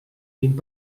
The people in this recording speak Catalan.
vint